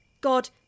God